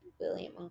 William